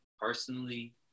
personally